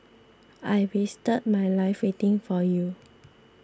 I wasted my life waiting for you